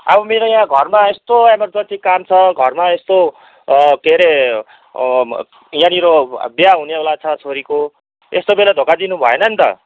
अब मेरो यहाँ घरमा यस्तो इमरजेन्सी काम छ घरमा यस्तो के हरे यहाँनिर अब बिहा हुनेवाला छ छोरीको यस्तो बेला धोका दिनु भएन नि त